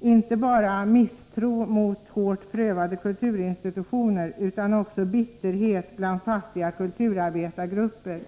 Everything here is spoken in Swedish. inte bara misstro hos hårt prövade kulturinstitutioner utan också bitterhet bland fattiga kulturarbetargrupper.